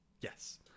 Yes